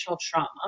trauma